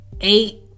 eight